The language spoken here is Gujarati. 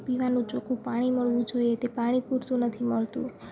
પીવાનું ચોખ્ખું પાણી મળવું જોઈએ તે પાણી પૂરતું નથી મળતું